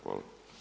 Hvala.